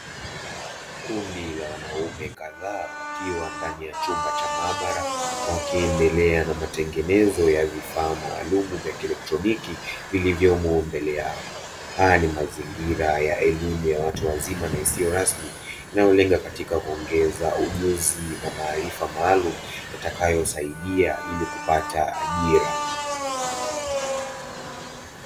Kundi la wanaume kadhaa wakiwa ndani ya chumba cha maabara, wakiendelea na matengenezo ya vifaa maalumu vya kielektroniki vilivyomo mbele yao. Haya ni mazingira ya elimu ya watu wazima na isiyo rasmi na inayolenga katika kuongeza ujuzi na maarifa maalumu yatakayosaidia ili kupata ajira.